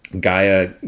Gaia